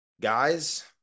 Guys